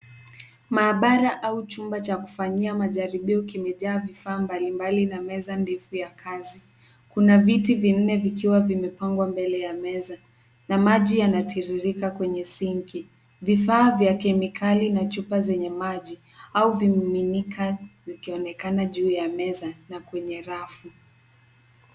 Maabara au chumba cha kufanyia majaribio kimejaa vifaa mbalimbali na meza ndefu ya kazi ,kuna viti vinne vikiwa vimepangwa mbele ya meza na maji yanatiririka kwenye sinki vifaa vya kemikali na chupa zenye maji au vimiminika vikionekana juu ya meza na kwenye rafu.